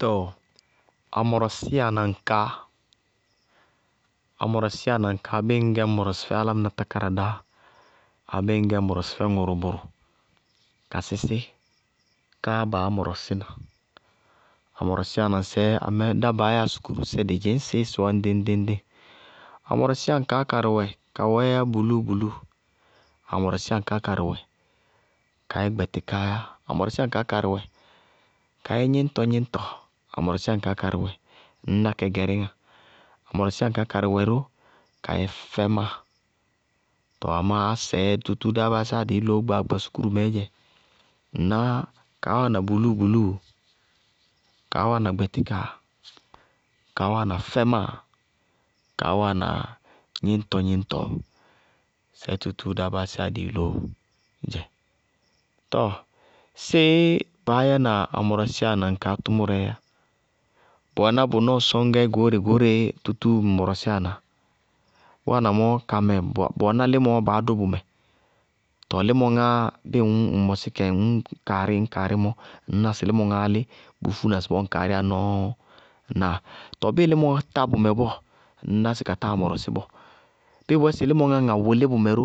Tɔɔ amɔrɔsíyanaŋkaá bíɩ ŋñgɛ ñ mɔrɔsɩ fɛ álámɩná tákáradá abéé ñ mɔrɔsɩ fɛ ŋʋrʋ bʋrʋ ka sísí, káá baá mɔrɔsína. Amɔrɔsíyanaŋsɛɛ, dá baá yáa sukúru, dɩ szɩñsɩ sɩwɛɛ yá ŋɖɩŋ-ŋɖɩŋ. Amɔrɔsíyanaŋkaá karɩ wɛ, ka wɛɛ yá bulúu bulúu, amɔrɔsíyanaŋkaá karɩ wɛ ka yɛ gbɛtíkaá yá, amɔrɔsíyanaŋkaá karɩ wɛ ka yɛ gníñtɔ-gníñtɔ amɔrɔsíyanaŋkaá karɩ wɛ, ŋñná kɛ gɛeíŋa, amɔrɔsíyanaŋkaá karɩ wɛ ró kayɛ fɛmáa. Tɔɔ amá sɛɛ tútúú dáá báásíyá dɩí loó gbaagba sukúrumɛɛ dzɛ, ŋná kaá wáana bulúu bulúu, kaá wáana gbɛtíka, kaá wáana fɛmáa, kaá wáana gníñtɔ-gníñtɔ, sɛɛ tútúú dáá báásíyá dɩí loó dzɛ. Tɔɔ séé baá yɛna amɔrɔsíyanaŋkaá tʋmʋrɛɛ yá? Bʋ wɛná bʋ nɔɔ sɔñgɛ goóre, goóre tútúu mɔrɔsíya na. Bʋ wáana mɔɔ, bʋ wɛná límɔ baá dʋ bʋmɛ. Tɔɔ límɔ ŋá bíɩ ŋ mɔsí kɛ ŋñ kaarí ŋñ kaarí m ɔ, ñŋná sɩ límɔ gáá lí bʋʋ fúna ŋsɩbɔɔ ŋŋ kasríyá nɔɔɔ. Ŋnáa? Tɔɔ bíɩ límɔ táá bɔɔ, ŋñná sɩ ka táa mɔrɔsí bɔɔ. Bíɩ bʋyɛ sɩ límɔ ŋá wʋlí bʋmɛ ró,